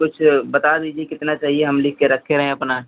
कुछ बता दीजिए कितना चाहिए हम लिख कर रखे रहें अपना